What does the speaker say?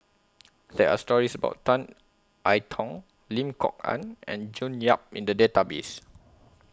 There Are stories about Tan I Tong Lim Kok Ann and June Yap in The Database